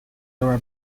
dora